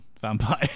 vampire